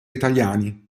italiani